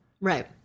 Right